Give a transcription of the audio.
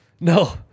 no